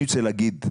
אני רוצה להגיד,